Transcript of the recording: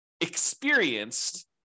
experienced